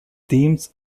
deemed